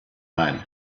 man